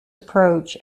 approach